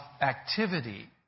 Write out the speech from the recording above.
activity